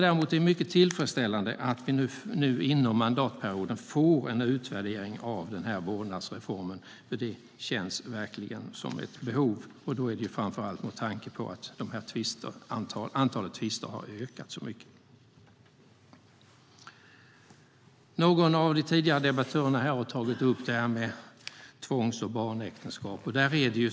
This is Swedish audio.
Det är mycket tillfredsställande att vi inom mandatperioden får en utvärdering av vårdnadsreformen. Det känns verkligen som ett behov, framför allt med tanke på att antalet tvister har ökat så mycket. Någon av de tidigare debattörerna här har tagit upp frågan om tvångs och barnäktenskap.